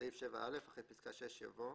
בסעיף 7(א), אחרי פסקה (6) יבוא: